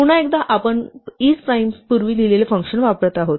पुन्हा एकदा आता आपण isprime पूर्वी लिहिलेले फंक्शन वापरत आहोत